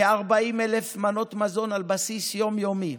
כ-40,000 מנות מזון על בסיס יום-יומי,